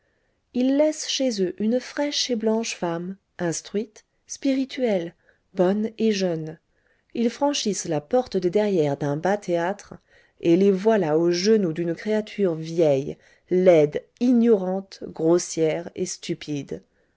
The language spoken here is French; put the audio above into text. ils laissent chez eux une fraîche et blanche femme instruite spirituelle bonne et jeune ils franchissent la porte de derrière d'un bas théâtre et les voilà aux genoux d'une créature vieille laide ignorante grossière et stupide